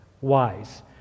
wise